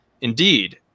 Indeed